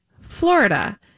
Florida